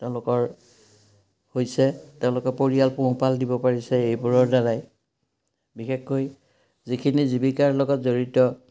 তেওঁলোকৰ হৈছে তেওঁলোকে পৰিয়াল পোহপাল দিব পাৰিছে এইবোৰৰদ্বাৰাই বিশেষকৈ যিখিনি জীৱিকাৰ লগত জড়িত